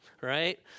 right